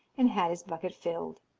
and had his bucket filled.